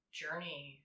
journey